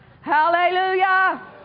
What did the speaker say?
Hallelujah